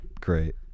Great